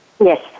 yes